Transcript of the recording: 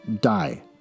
die